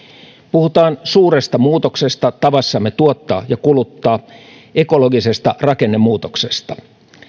puhutaan suuresta muutoksesta tavassamme tuottaa ja kuluttaa ekologisesta rakennemuutoksesta